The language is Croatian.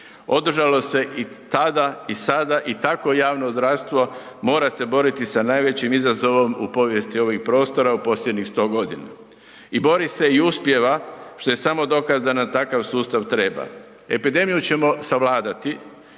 Održalo se i tada i sada i takvo javno zdravstvo mora se boriti sa najvećim izazovom u povijesti ovih prostora u posljednjih 100.g.. I bori se i uspijeva što je samo dokaz da nam takav sustav treba. Epidemiju ćemo savladati,